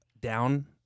down